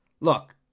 Look